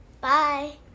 Bye